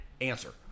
answer